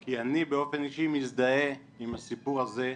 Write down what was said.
כי אני באופן אישי מזדהה עם הסיפור הזה,